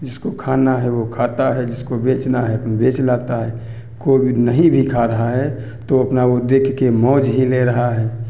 जिसको खाना है वो खाता है जिसको बेचना है अपन बेच लाता है कोई भी नहीं भी खा रहा है तो अपना वो देख के मौज़ ही ले रहा है